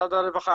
משרד הרווחה,